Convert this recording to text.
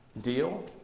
Deal